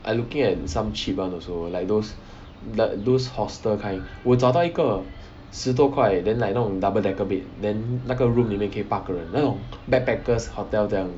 I looking at some cheap one also like those like those hostel kind 我找到一个十多块 then like 那种 double decker bed then 那个 room 里面可以八个人那种 backpackers hotel 这样